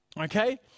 Okay